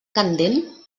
candent